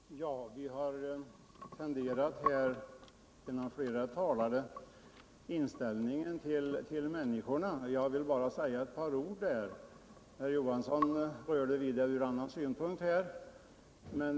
Herr talman! Vi har i flera inlägg här i debatten kunnat förmärka en tendens i inställningen till människorna. Jag vill bara tillägga ett par ord om det. Bertil Johansson rörde vid det ur annan synpunkt.